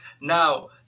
Now